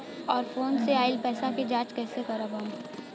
और फोन से आईल पैसा के जांच कैसे करब हम?